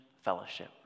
Fellowship